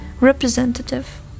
representative